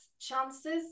chances